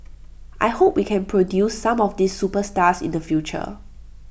I hope we can produce some of these superstars in the future